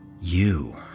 You